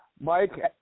Mike